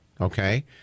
okay